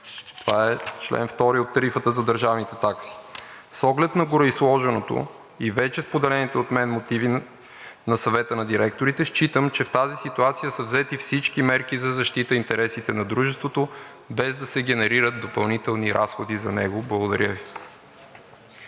това е чл. 2 от Тарифата за държавните такси. С оглед на гореизложеното и вече споделените от мен мотиви на Съвета на директорите, считам, че в тази ситуация са взети всички мерки за защита интересите на дружеството, без да се генерират допълнителни разходи за него. Благодаря Ви.